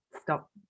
stop